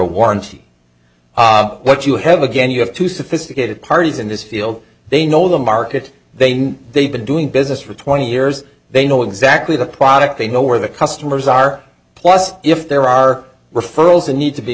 warranty what you have again you have to sophisticated parties in this field they know the market they know they've been doing business for twenty years they know exactly the product they know where the customers are plus if there are referrals and need to be